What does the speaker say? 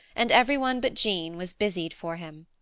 and everyone but jean was busied for him.